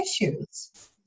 issues